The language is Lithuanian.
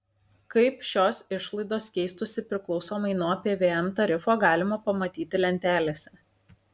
kaip šios išlaidos keistųsi priklausomai nuo pvm tarifo galima pamatyti lentelėse